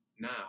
now